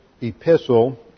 epistle